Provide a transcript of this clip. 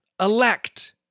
elect